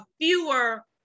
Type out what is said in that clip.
fewer